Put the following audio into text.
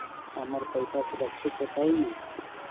हमर पईसा सुरक्षित होतई न?